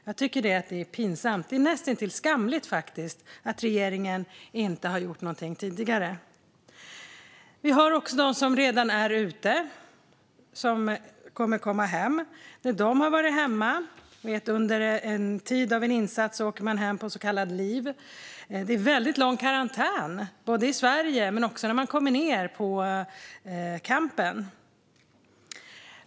Jag tycker att det är pinsamt. Det är näst intill skamligt, faktiskt, att regeringen inte har gjort något tidigare. Vi har också de soldater som redan är ute och som kommer att komma hem. Under en insats åker man hem på en så kallad leave. Det är väldigt lång karantäntid i Sverige men också när man kommer ned till campen.